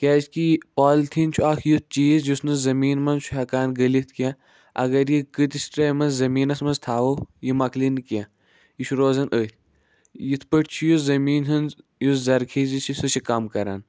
کیازِ کہِ پالِتھیٖن چھُ اکھ یُتھ چیٖز یُس نہٕ زٔمیٖن منٛز چھُ ہٮ۪کان گٔلِتھ کیٚنہہ اَگر یہِ کۭتِس ٹایمَس زٔمیٖنَس منٛز تھاوو یہِ مۄکلِنہٕ کیٚنہہ یہِ چھُ روزان أتۍ یِتھۍ پٲٹھۍ چھِ یہِ زٔمیٖن ۂنز یُس زَرخیزِ چھ سُہ چھُ کَم کران